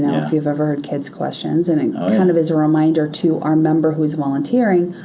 if you've ever heard kids questions and it kind of is a reminder to our member who is volunteering,